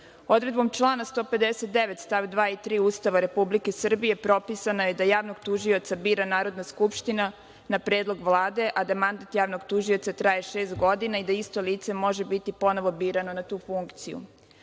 člana 159. stav 2. i 3. Ustava Republike Srbije propisana je da javnom tužioca bira Narodna skupština na predlog Vlade, a da mandat javnog tužioca traje šest godina i da isto lice može biti ponovo birano na tu funkciju. Odredbom